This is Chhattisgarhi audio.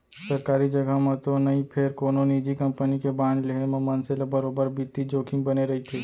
सरकारी जघा म तो नई फेर कोनो निजी कंपनी के बांड लेहे म मनसे ल बरोबर बित्तीय जोखिम बने रइथे